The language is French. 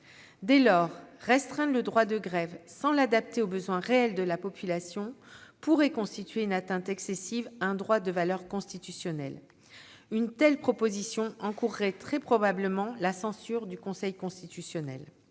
Dès lors, restreindre le droit de grève sans l'adapter aux besoins réels de la population pourrait constituer une atteinte excessive à un droit de valeur constitutionnelle. Une telle proposition encourrait très probablement la censure du Conseil constitutionnel.